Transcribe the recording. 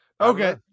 Okay